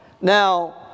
Now